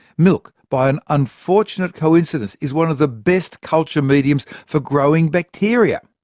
milk, by an unfortunate coincidence, is one of the best culture mediums for growing bacteria.